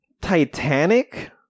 Titanic